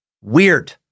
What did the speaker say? Weird